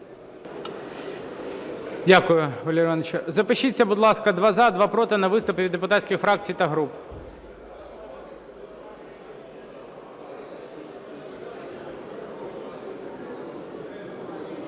Дякую, Валерію Івановичу. Запишіться, будь ласка: два – за, два – проти на виступи від депутатських фракцій та груп.